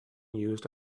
used